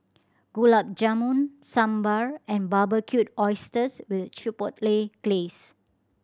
Gulab Jamun Sambar and Barbecued Oysters with Chipotle Glaze